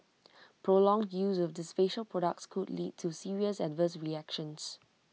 prolonged use of these facial products could lead to serious adverse reactions